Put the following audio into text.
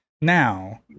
Now